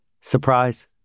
Surprise